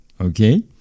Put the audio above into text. Okay